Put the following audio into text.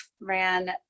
ran